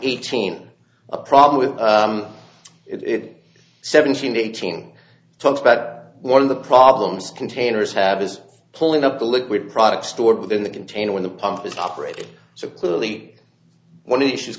eighteen a problem with it seventeen eighteen times but one of the problems containers have is pulling up the liquid product stored within the container when the pump is operated so clearly one of the issues